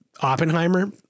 Oppenheimer